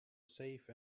safe